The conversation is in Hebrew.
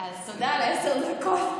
תודה על עשר הדקות,